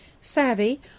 Savvy